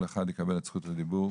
כל אחד יקבל את זכות הדיבור,